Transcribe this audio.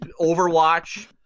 Overwatch